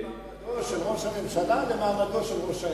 נשווה את מעמדו של ראש הממשלה למעמדו של ראש העיר,